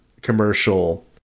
commercial